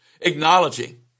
Acknowledging